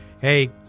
hey